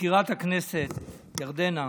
מזכירת הכנסת ירדנה,